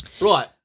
Right